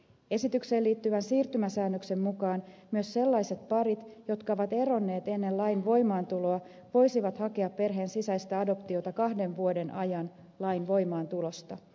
esitykseen liittyvän siirtymäsäännöksen mukaan myös sellaiset parit jotka ovat eronneet ennen lain voimaantuloa voisivat hakea perheen sisäistä adoptiota kahden vuoden ajan lain voimaantulosta